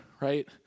right